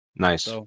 nice